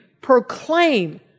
proclaim